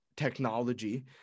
Technology